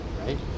right